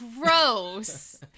Gross